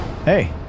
Hey